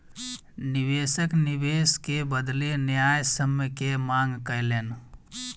निवेशक निवेश के बदले न्यायसम्य के मांग कयलैन